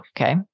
Okay